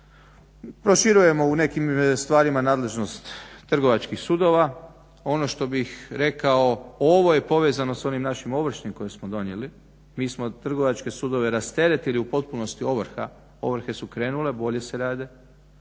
Proširujemo u nekim stvarima nadležnost trgovačkih sudova. Ono što bih rekao ovo je povezano s onim našim ovršnim koji smo donijeli. Mi smo trgovačke sudove rasteretili u potpunosti ovrha. Ovrhe su krenule, bolje se rade,